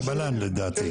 סבלאן לדעתי.